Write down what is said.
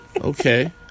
Okay